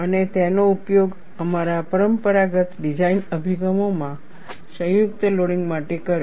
અને તેનો ઉપયોગ અમારા પરંપરાગત ડિઝાઇન અભિગમોમાં સંયુક્ત લોડિંગ માટે કર્યો